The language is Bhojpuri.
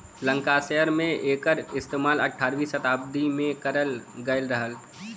लंकासायर में एकर इस्तेमाल अठारहवीं सताब्दी में करल गयल रहल